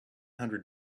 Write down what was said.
hundred